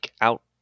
out